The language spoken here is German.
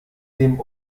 dem